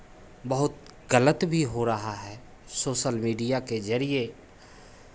बहुत गलत भी हो रहा है सोशल मीडिया के ज़रिए